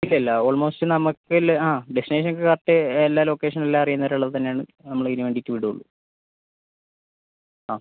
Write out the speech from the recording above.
ഇല്ലയില്ല ഓൾമോസ്റ്റ് നമക്കേൽ ആ ഡെസ്റ്റിനേഷനൊക്കെ കറക്റ്റ് എല്ലാ ലൊക്കേഷനിലും അറിയാവുന്നവർ തന്നെയാണ് നമ്മളതിനു വേണ്ടീട്ട് വിടുള്ളു ആ